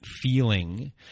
feeling